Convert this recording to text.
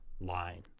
line